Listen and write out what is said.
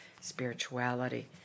spirituality